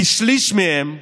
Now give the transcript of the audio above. כשליש מהם,